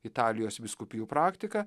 italijos vyskupijų praktika